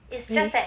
okay